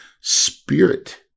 spirit